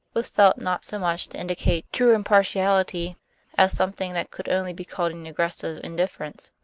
was felt not so much to indicate true impartiality as something that could only be called an aggressive indifference.